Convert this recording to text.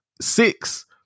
Six